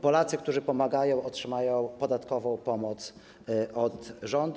Polacy, którzy pomagają, otrzymają podatkową pomoc od rządu.